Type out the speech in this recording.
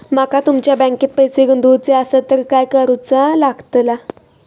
माका तुमच्या बँकेत पैसे गुंतवूचे आसत तर काय कारुचा लगतला?